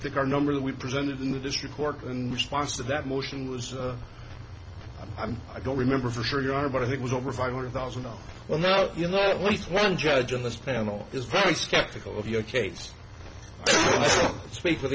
think our number that we presented in the district court in response to that motion was i'm i don't remember for sure you are but i think was over five hundred thousand oh well you know at least one judge on this panel is very skeptical of your case speak for